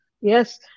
Yes